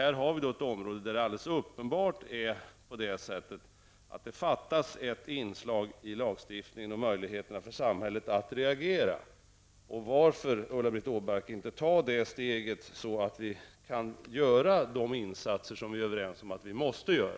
Här har vi ett område där det är alldeles uppenbart att det fattas ett inslag i lagstiftningen och samhällets möjligheter att reagera. Varför, Ulla-Britt Åbark, inte ta det återstående steget, så att vi kan göra de insatser som vi är överens om att vi måste göra?